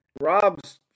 rob's